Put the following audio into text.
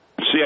See